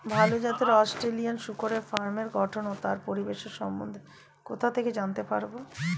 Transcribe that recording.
ভাল জাতের অস্ট্রেলিয়ান শূকরের ফার্মের গঠন ও তার পরিবেশের সম্বন্ধে কোথা থেকে জানতে পারবো?